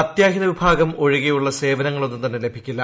അത്യാഹിത വിഭാഗം ഒഴികെയുള്ള സേവനങ്ങളൊന്നും ലഭിക്കില്ല